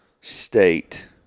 state